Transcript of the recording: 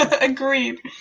Agreed